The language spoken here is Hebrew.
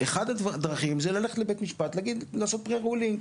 אחד הדרכים זה ללכת לבית משפט להגיד לעשות Pre Ruling,